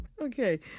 okay